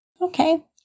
Okay